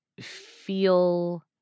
feel